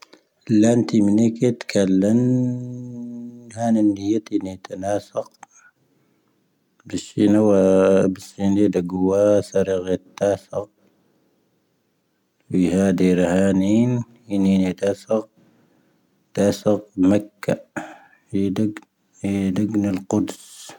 ⵍⴰⵏⵜⵉ ⵎⵏⵉⴽⵉⵜ ⴽⴰⵍⵍⴰⵏ, ⵀⴰⵏ ⵉⵏⴷⵀⵉⵢⴰⵜⵉⵏⴰ ⵉⵜⴰⵏⴰⵙⴰⴽ. ⴱⵉⵙⵀⵉⵏⵡⴰ ⴱⵉⵙⵀⵉⵏ ⵍⵉ ⴷⴰⴳⵡⴰ ⵙⴰⵔⴰⴳⵀⴰ ⵜⴰⵙⴰⴰⴽ. ⴱⵉⵀⴰ ⴷⵀⵉⵔⵀⴰⵏⵉⵏ ⵉⵏⵉⵏⴰ ⵉⵜⴰⵙⴰⴽ. ⵜⴰⵙⴰⴰⴽ ⵎⴰⴽⴽⴰ. ⵉⴷⴰⴰⴳⵏⵉⵍ ⴽⵓⴷⵣ.